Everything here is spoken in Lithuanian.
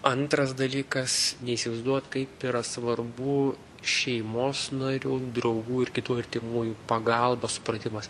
antras dalykas neįsivaizduojat kaip yra svarbu šeimos narių draugų ir kitų artimųjų pagalba supratimas